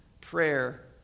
prayer